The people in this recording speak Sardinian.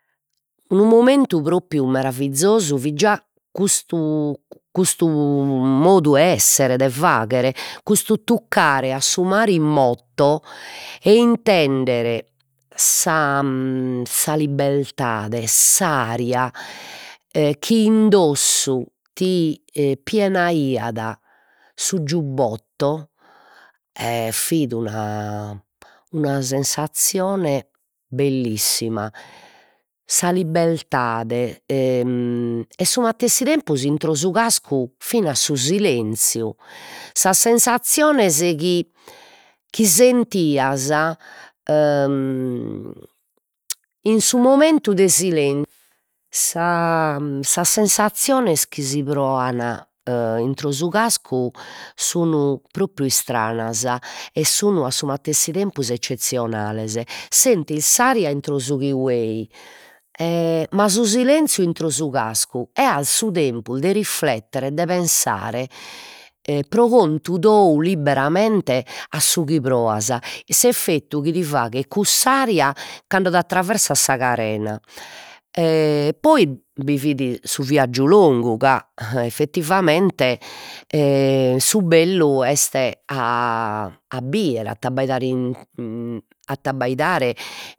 Unu momentu propriu meravizosu fit già custu custu modu 'e esser, de fagher, custu tuccare a su mare in moto e intender sa sa libbertade, s'aria e chi in dossu ti e pienaiat su giubbotto e fit una una sensazzione bellissima, sa libbertade e su matessi tempus intro su cascu fina su selenziu, sas sensazziones chi chi sentias in su momentu de sa sas sensazziones chi si proan e intro su casu sun propriu istranas e sun a su matessi tempus eccezzionales, sentis s'aria intro su k- Way e ma su selenziu intro su cascu e as su tempus de reflittire, de pensare e pro contu tou libberamente a su chi proas, s'effettu chi ti faghet cuss'aria cando t'attraessat sa carena, e poi bi fit su viaggiu longu ca effettivamente e su bellu est a a bider a t'abbaidare in a t'abbaidare